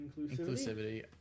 inclusivity